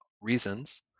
reasons